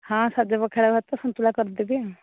ହଁ ସଜ ପଖାଳ ଭାତ ସନ୍ତୁଳା କରିଦେବି ଆଉ